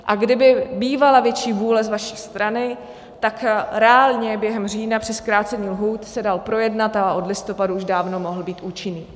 A kdyby bývala větší vůle z vaší strany, tak reálně během října při zkrácení lhůt se dal projednat a od listopadu už dávno mohl být účinný.